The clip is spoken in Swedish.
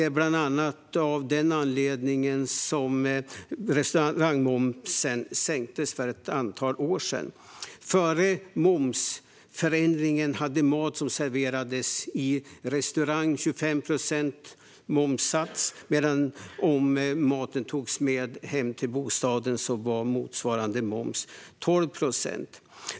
Bland annat av den anledningen sänktes restaurangmomsen för ett antal år sedan. Före momsändringen var momsen på mat som serverades i restaurang 25 procent, men om maten togs med hem till bostaden var motsvarande moms 12 procent.